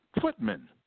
footmen